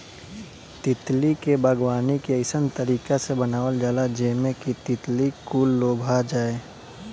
तितली के बागवानी के अइसन तरीका से बनावल जाला जेमें कि तितली कुल लोभा जाये